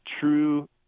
true